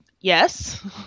yes